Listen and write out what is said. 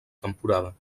temporada